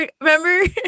Remember